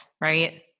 right